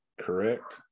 correct